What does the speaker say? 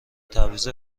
تبعیض